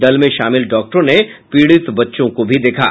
दल में शामिल डॉक्टरों ने पीड़ित बच्चों को भी देखा